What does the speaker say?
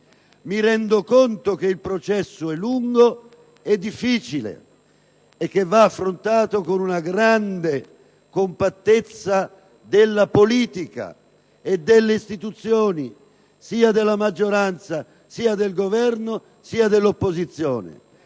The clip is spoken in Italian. Mi rendo conto che il processo è lungo e difficile e che va affrontato con una grande compattezza della politica e delle istituzioni, sia della maggioranza, sia del Governo, sia dell'opposizione.